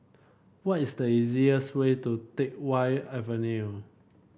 what is the easiest way to Teck Whye Avenue